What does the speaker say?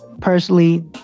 Personally